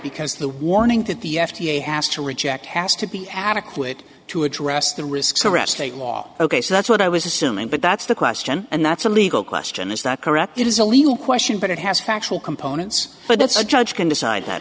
because the warning that the f d a has to reject has to be adequate to address the risks arrest that law ok so that's what i was assuming but that's the question and that's a legal question is that correct it is a legal question but it has factual components but that's a judge can decide that